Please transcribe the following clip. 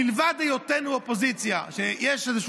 מלבד היותנו אופוזיציה שיש איזושהי